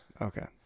Okay